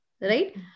right